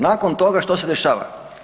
Nakon toga, što se dešava?